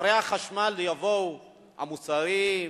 אחרי החשמל יבואו המוצרים,